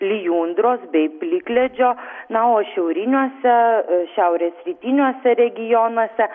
lijundros bei plikledžio na o šiauriniuose šiaurės rytiniuose regionuose